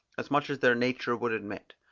as much as their nature would admit,